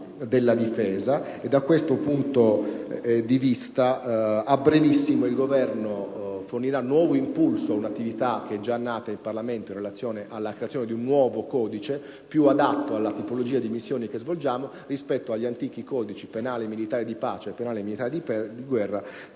della difesa e, a brevissimo, il Governo fornirà nuovo impulso all'attività (che è già nata in Parlamento) di creazione di un nuovo codice, più adatto alla tipologia di missioni che svolgiamo rispetto agli antichi codici penale militare di pace e penale militare di guerra,